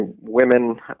women